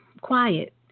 quiet